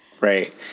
Right